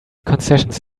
concessions